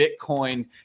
Bitcoin